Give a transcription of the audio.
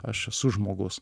aš esu žmogus